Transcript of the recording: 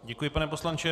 Děkuji, pane poslanče.